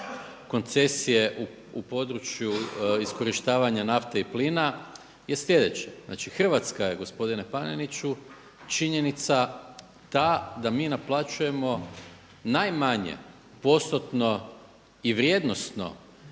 koncesije u području iskorištavanja nafte i plina je sljedeće. Znači Hrvatska je gospodine Paneniću činjenica ta da mi naplaćujemo najmanje postotno i vrijednosno